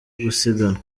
gusiganwa